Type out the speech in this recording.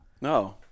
no